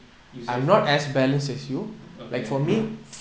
you say first okay